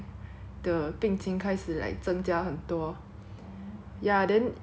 ya then like in chi~ during chinese new year then we didn't even go out any where cause we very scared